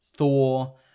Thor